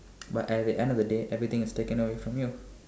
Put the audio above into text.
but at the end of the day everything is taken away from you